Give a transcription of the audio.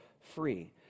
free